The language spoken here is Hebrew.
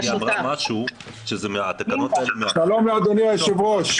היא אמרה משהו שהתקנות האלה --- שלום לאדוני היושב ראש.